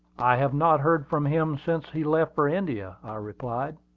i have not heard from him since he left for india, i replied.